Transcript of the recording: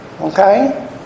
Okay